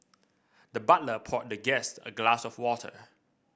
the butler poured the guest a glass of water